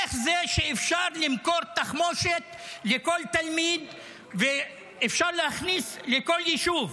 איך זה שאפשר למכור תחמושת לכל תלמיד ואפשר להכניס לכל יישוב?